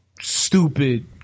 stupid